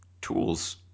tools